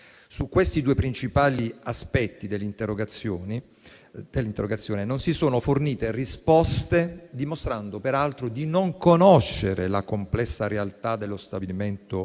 Su questi due principali aspetti dell'interrogazione non si sono fornite risposte, dimostrando peraltro di non conoscere la complessa realtà dello stabilimento ex